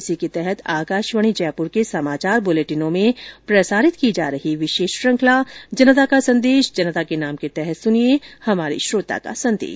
इसी के तहत आकाशवाणी जयपुर के समाचार बुलेटिनों में प्रसारित की जा रही विशेष श्रुखंला जनता का संदेश जनता के नाम के तहत सुनिये हमारे श्रोता का संदेश